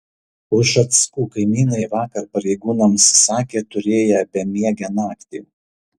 ušackų kaimynai vakar pareigūnams sakė turėję bemiegę naktį